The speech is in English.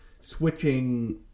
switching